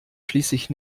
schließlich